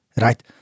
right